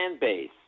base